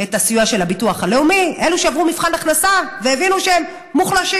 את הסיוע של הביטוח הלאומי זה אלו שעברו מבחן הכנסה והבינו שהם מוחלשים,